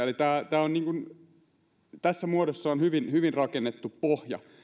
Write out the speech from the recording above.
eli tämä on tässä muodossaan hyvin rakennettu pohja